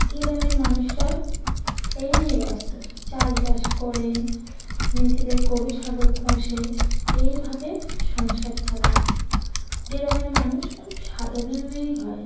গ্রামের মানুষরা এই নিয়ে ব্যস্ত চা ষবাস করে নিজেদের গরু ছাগল পোষে এইভাবে সংসার চালায় গ্রামের মানুষ খুব সাধারণই হয়